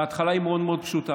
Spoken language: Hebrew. וההתחלה היא מאוד מאוד פשוטה.